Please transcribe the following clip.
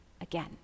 again